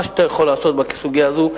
מה שאתה יכול לעשות בסוגיה הזאת,